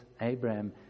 Abraham